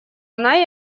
она